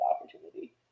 opportunity